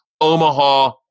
Omaha